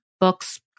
books